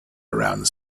around